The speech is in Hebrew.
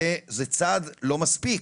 זה לא צעד מספיק,